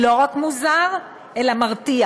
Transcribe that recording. לא רק מוזר, אלא מרתיח.